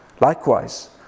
Likewise